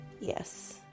Yes